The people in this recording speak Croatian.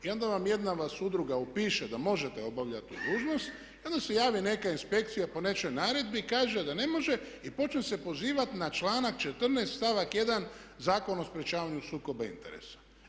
I onda vam, jedna vas udruga upiše da možete obavljati tu dužnost i onda se javi neka inspekcija po nečijoj naredbi i kaže da ne može i počne se pozivati na članak 14. stavak 1. Zakona o sprječavanju sukoba interesa.